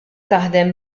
taħdem